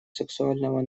сексуального